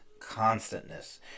constantness